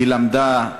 היא למדה,